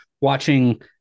watching